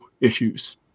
issues